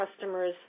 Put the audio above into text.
customers